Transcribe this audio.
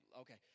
okay